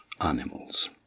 animals